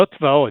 זאת ועוד,